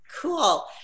Cool